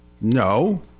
No